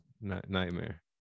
nightmare